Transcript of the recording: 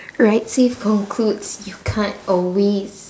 ride safe concludes you can't always